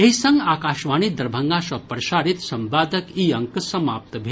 एहि संग आकाशवाणी दरभंगा सँ प्रसारित संवादक ई अंक समाप्त भेल